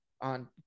on